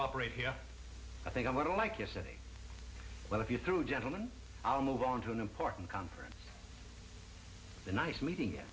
operate here i think i'm going to like your city well if you through gentleman i'll move on to an important conference nice meeting y